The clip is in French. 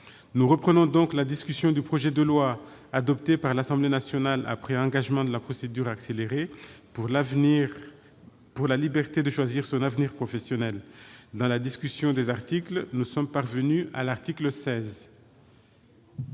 Nous reprenons la discussion du projet de loi, adopté par l'Assemblée nationale après engagement de la procédure accélérée, pour la liberté de choisir son avenir professionnel. Dans la discussion du texte de la commission, nous en sommes parvenus, au sein